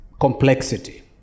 complexity